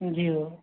ज्यू